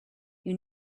you